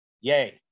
Yay